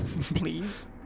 please